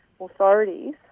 authorities